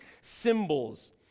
Symbols